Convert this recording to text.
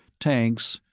tanks,